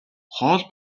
хоол